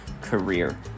career